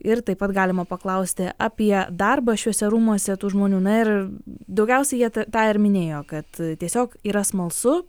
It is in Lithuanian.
ir taip pat galima paklausti apie darbą šiuose rūmuose tų žmonių na ir daugiausia jie tą ir minėjo kad tiesiog yra smalsu